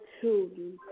children